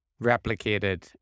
replicated